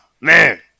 Man